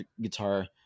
guitar